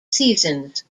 seasons